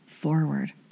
forward